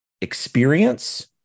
experience